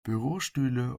bürostühle